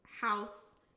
House